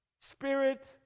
spirit